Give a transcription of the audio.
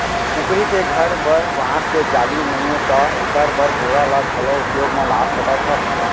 कुकरी के घर बर बांस के जाली नइये त एकर बर बोरा ल घलौ उपयोग म ला सकत हस